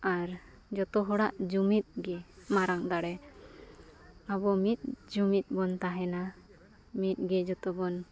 ᱟᱨ ᱡᱚᱛᱚ ᱦᱚᱲᱟᱜ ᱡᱩᱢᱤᱫ ᱜᱮ ᱢᱟᱨᱟᱝ ᱫᱟᱲᱮ ᱟᱵᱚ ᱢᱤᱫ ᱡᱩᱢᱤᱫ ᱵᱚᱱ ᱛᱟᱦᱮᱱᱟ ᱢᱤᱫᱜᱮ ᱡᱚᱛᱚᱵᱚᱱ